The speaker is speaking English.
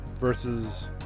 Versus